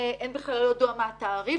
בכלל לא ידוע מה התעריף